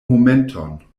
momenton